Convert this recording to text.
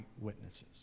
witnesses